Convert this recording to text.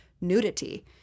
nudity